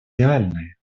реальной